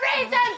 reason